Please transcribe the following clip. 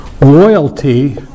loyalty